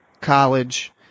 college